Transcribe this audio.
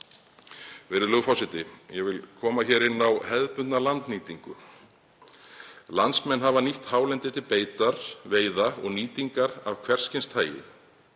Virðulegur forseti. Ég vil koma inn á hefðbundna landnýtingu. Landsmenn hafa nýtt hálendið til beitar, veiða og nýtingar af hvers kyns tagi.